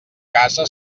casa